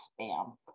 spam